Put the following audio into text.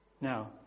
Now